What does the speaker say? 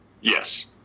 Yes